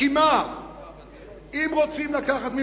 אם רוצים לקחת ממחבל,